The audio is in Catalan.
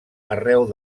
arreu